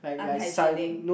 unhygenic